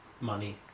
money